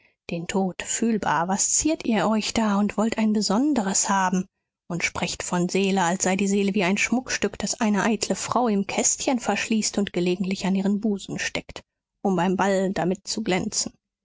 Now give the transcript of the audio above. den tod fühlbar was ziert ihr euch da und wollt ein besonderes haben und sprecht von seele als sei die seele wie ein schmuckstück das eine eitle frau im kästchen verschließt und gelegentlich an ihren busen steckt um beim ball damit zu glänzen